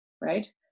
right